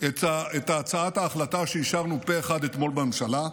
את הצעת ההחלטה שאישרנו פה אחד אתמול בממשלה,